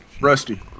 rusty